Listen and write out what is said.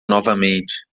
novamente